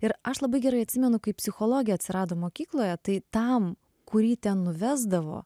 ir aš labai gerai atsimenu kaip psichologė atsirado mokykloje tai tam kurį ten nuvesdavo